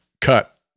cut